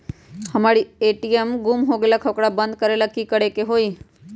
हमर ए.टी.एम गुम हो गेलक ह ओकरा बंद करेला कि कि करेला होई है?